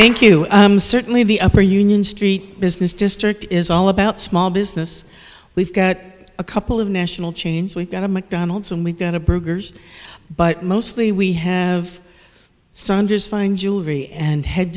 thank you certainly the upper union street business district is all about small business we've got a couple of national chains we've got a mcdonald's and we've got a burgers but mostly we have some just fine jewelry and head